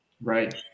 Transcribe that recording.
right